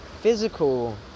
physical